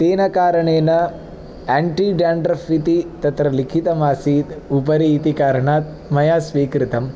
तेन कारणेन anti dandruff इति तत्र लिखितमासीत् उपरि इति कारणात् मया स्वीकृतं